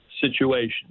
situation